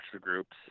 groups